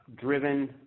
driven